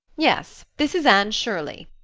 yes, this is anne shirley,